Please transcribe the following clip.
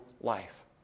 life